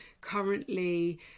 currently